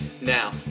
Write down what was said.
Now